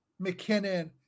McKinnon